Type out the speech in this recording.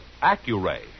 Accuray